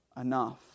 enough